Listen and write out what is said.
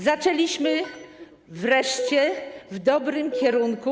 Zaczęliśmy wreszcie iść w dobrym kierunku.